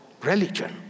religion